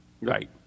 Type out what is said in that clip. Right